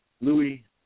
Louis